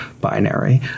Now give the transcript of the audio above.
binary